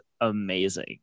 amazing